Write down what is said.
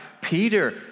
Peter